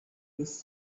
his